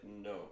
no